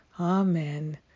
Amen